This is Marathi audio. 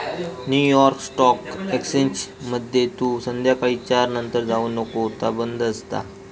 न्यू यॉर्क स्टॉक एक्सचेंजमध्ये तू संध्याकाळी चार नंतर जाऊ नको ता बंद असता